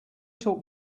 talk